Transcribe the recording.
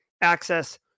access